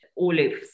olives